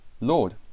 lord